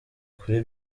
kuri